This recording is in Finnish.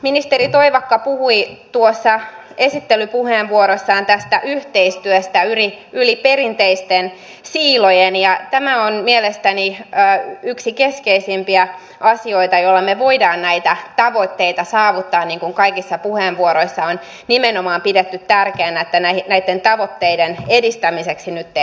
ministeri toivakka puhui esittelypuheenvuorossaan tästä yhteistyöstä yli perinteisten siilojen ja tämä on mielestäni yksi keskeisimpiä asioita jolla me voimme näitä tavoitteita saavuttaa niin kuin kaikissa puheenvuoroissa on nimenomaan pidetty tärkeänä että näitten tavoitteiden edistämiseksi nyt tehdään töitä